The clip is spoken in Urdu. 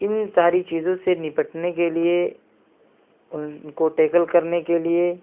ان ساری چیزوں سے نپٹنے کے لیے ان کو ٹیکل کرنے کے لیے